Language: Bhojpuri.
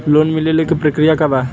लोन मिलेला के प्रक्रिया का बा?